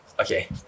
Okay